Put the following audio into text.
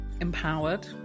empowered